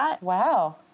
Wow